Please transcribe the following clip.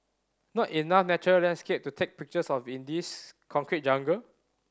not enough natural landscape to take pictures of in this concrete jungle